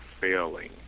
failing